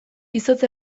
izotz